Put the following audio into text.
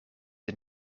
een